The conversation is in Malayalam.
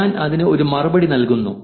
ഞാൻ അതിന് ഒരു മറുപടി നൽകുന്നു